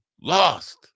Lost